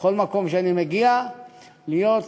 בכל מקום שאני מגיע להיות אחד,